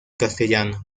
castellano